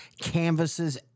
canvases